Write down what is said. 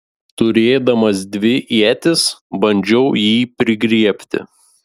turėdamas dvi ietis bandžiau jį prigriebti